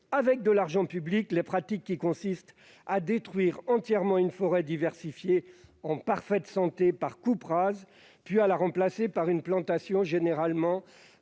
avec de l'argent public ! -des pratiques qui consistent à détruire entièrement une forêt diversifiée, en parfaite santé, par coupe rase, puis à la remplacer par une autre plantation, généralement